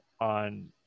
on